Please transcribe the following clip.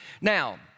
Now